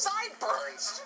sideburns